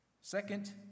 Second